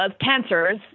cancers